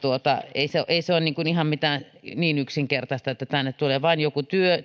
eli ei se ole ihan mitään niin yksinkertaista että tänne tulee vain joku